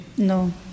No